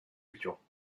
lecture